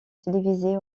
télévisées